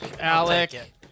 Alec